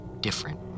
different